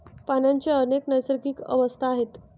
पाण्याच्या अनेक नैसर्गिक अवस्था आहेत